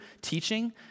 teaching